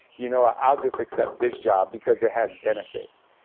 you know ah i'll just accept this job, because it has benefits.